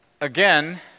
again